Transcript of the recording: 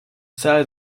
sell